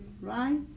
right